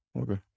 Okay